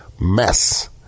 mess